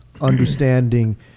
understanding